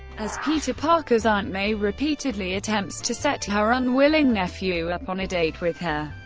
as peter parker's aunt may repeatedly attempts to set her unwilling nephew up on a date with her.